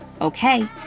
Okay